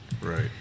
right